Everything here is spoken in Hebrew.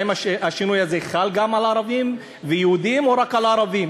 האם השינוי הזה חל על ערבים ויהודים או רק על ערבים?